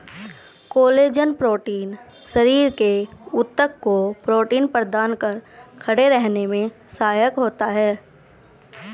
collagen protein शरीर के ऊतक को प्रोटीन प्रदान कर खड़े रहने में सहायक होता है